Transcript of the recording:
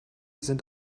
sind